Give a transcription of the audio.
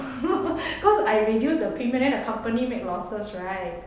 cause I reduce the premium then the company make losses right